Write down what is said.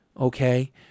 okay